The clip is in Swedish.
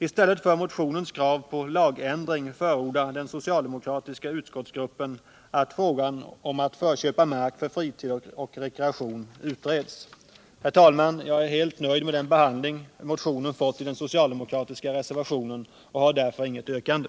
I stället för motionens krav på lagändring förordar den socialdemokratiska utskottsgruppen att frågan om att förköpa mark för fritid och rekreation utreds. Herr talman! Jag är helt nöjd med den behandling motionen fått i den socialdemokratiska reservationen och har därför inget yrkande.